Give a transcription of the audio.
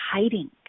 hiding